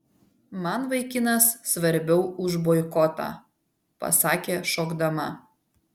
man vaikinas svarbiau už boikotą pasakė šokdama